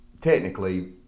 technically